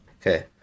Okay